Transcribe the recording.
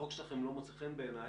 החוק שלכם לא מוצא חן בעיניי,